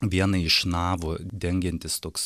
viena iš navu dengiantis toks